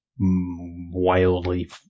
wildly